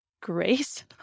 grace